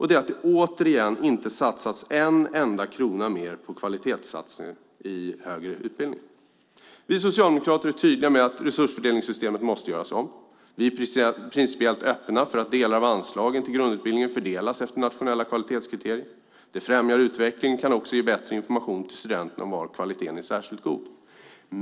Det är att det återigen inte läggs en enda krona mer på kvalitetssatsning i högre utbildning. Vi socialdemokrater är tydliga med att resursfördelningssystemet måste göras om. Vi är principiellt öppna för att delar av anslagen till grundutbildningen fördelas efter nationella kvalitetskriterier. Det främjar utveckling och kan också ge bättre information till studenterna om var kvaliteten är särskilt god.